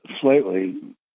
slightly